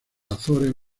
azores